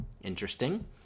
interesting